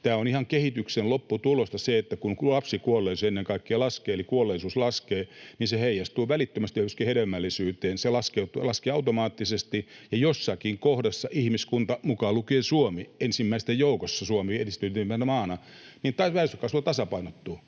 On ihan kehityksen lopputulosta se, että kun ennen kaikkea lapsikuolleisuus laskee — eli kuolleisuus laskee — niin se heijastuu välittömästi myöskin hedelmällisyyteen. Se laskee automaattisesti. Ja jossakin kohdassa ihmiskunnassa, mukaan lukien Suomessa ensimmäisten joukossa, edistyneenä maana, väestönkasvu tasapainottuu: